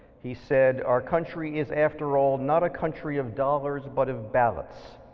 he said our country is after all not a country of dollars but of ballots.